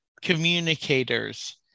communicators